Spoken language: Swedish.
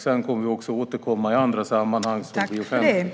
Sedan kommer vi att återkomma i andra sammanhang så att den blir offentlig.